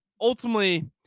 ultimately